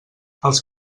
els